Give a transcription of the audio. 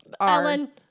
Ellen